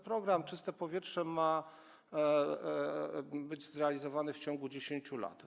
Program „Czyste powietrze” ma być zrealizowany w ciągu 10 lat.